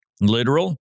literal